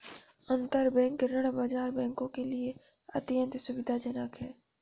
अंतरबैंक ऋण बाजार बैंकों के लिए अत्यंत सुविधाजनक है